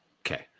Okay